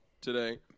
today